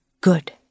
Good